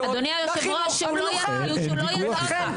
אדוני יושב הראש, שהוא לא יטעה אותך.